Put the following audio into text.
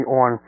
on